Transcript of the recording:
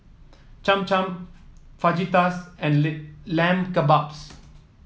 Cham Cham Fajitas and Lamb Kebabs